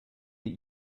that